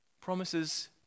promises